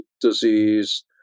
disease